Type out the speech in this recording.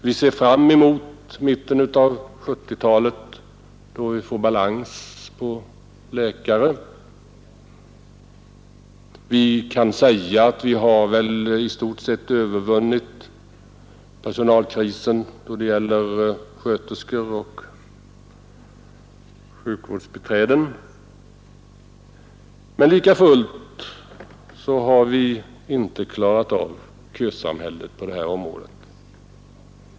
Vi ser fram mot mitten av 1970-talet, då vi uppnår balans i fråga om läkare. Vi kan säga, att personalkrisen stort sett övervunnits då det gäller sköterskor och sjukvårdsbiträden, men lika fullt har vi inte klarat av kösamhället på det här området.